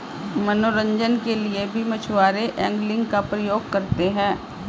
मनोरंजन के लिए भी मछुआरे एंगलिंग का प्रयोग करते हैं